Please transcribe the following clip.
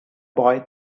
boy